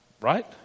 Right